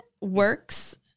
works